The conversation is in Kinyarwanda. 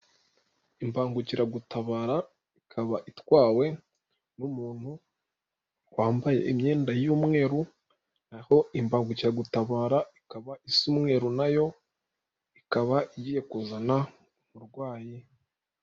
Imbangukiragutabara ikaba itwawe n'umuntu wambaye imyenda y'umweru, naho imbagukiragutabara ikaba isa umweru nayo, ikaba igiye kuzana umurwayi.